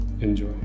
Enjoy